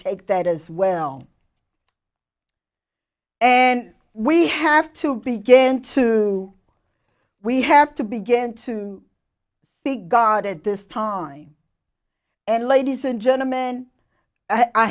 take that as well and we have to began to we have to begin to figure out at this time and ladies and gentleman i